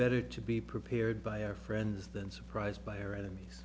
better to be prepared by our friends than surprised by our enemies